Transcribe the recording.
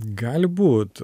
gali būt